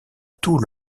tout